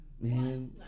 man